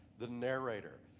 the narrator.